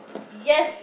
yes